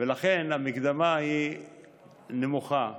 ולכן המקדמה היא נמוכה.